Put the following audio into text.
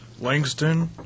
Langston